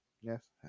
Yes